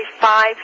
five